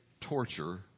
torture